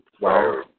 Wow